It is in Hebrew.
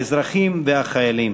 האזרחים והחיילים.